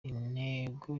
intego